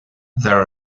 there